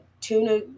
tuna